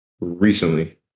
recently